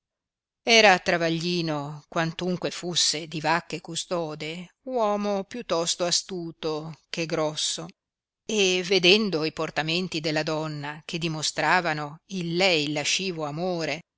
era travaglino quantunque fusse di vacche custode uomo più tosto astuto che grosso e vedendo i portamenti della donna che dimostravano il lei lascivo amore